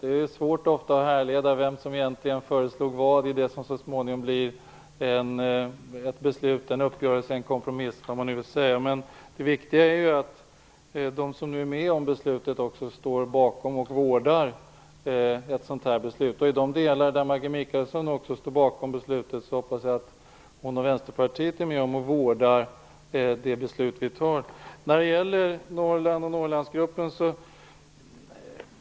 Det är ofta svårt att härleda vem som egentligen föreslog vad i det som så småningom blir ett beslut, en uppgörelse eller en kompromiss. Det viktiga är att de som är med om beslutet även står bakom och vårdar det. Jag hoppas att Maggi Mikaelsson och Västerpartiet också är med och vårdar de delar av beslutet som de står bakom.